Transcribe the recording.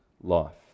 life